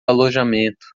alojamento